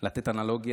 לדעתי,